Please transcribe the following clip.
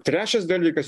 trečias dalykas